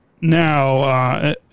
now